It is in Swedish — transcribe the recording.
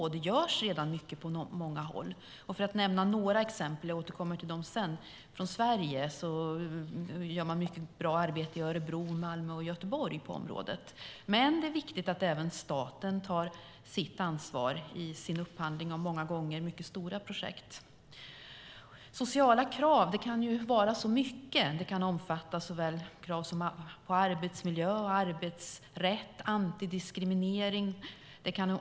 Och det görs redan mycket på många håll. För att nämna några exempel - jag återkommer till dem sedan - från Sverige gör man mycket bra arbete i Örebro, Malmö och Göteborg på området. Men det är viktigt att även staten tar sitt ansvar i sin upphandling av många gånger mycket stora projekt. Sociala krav kan vara så mycket. Det kan omfatta krav på arbetsmiljö, arbetsrätt och antidiskriminering.